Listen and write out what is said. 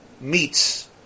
meets